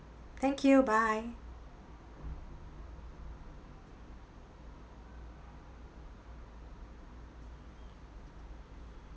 thank you bye